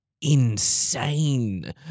Insane